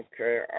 Okay